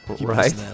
Right